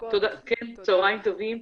צהריים טובים.